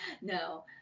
No